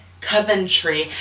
Coventry